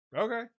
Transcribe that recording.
okay